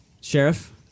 Sheriff